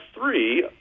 three